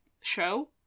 show